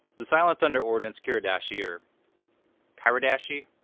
the silent thunder ordnance kiradashi or kiridashi